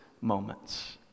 moments